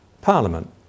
Parliament